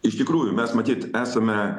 iš tikrųjų mes matyt esame